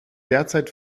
derzeit